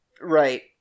Right